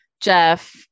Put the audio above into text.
Jeff